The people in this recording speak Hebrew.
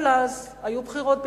אבל אז היו בחירות בישראל,